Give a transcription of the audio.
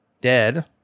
dead